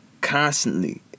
constantly